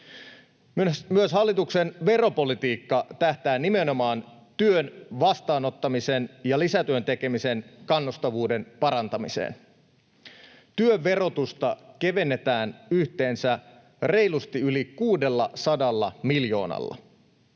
Myös hallituksen veropolitiikka tähtää nimenomaan työn vastaanottamisen ja lisätyön tekemisen kannustavuuden parantamiseen. Työn verotusta kevennetään yhteensä reilusti yli 600 miljoonalla.